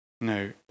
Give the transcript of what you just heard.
No